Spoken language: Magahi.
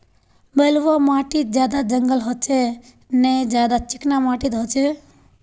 बलवाह माटित ज्यादा जंगल होचे ने ज्यादा चिकना माटित होचए?